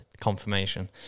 confirmation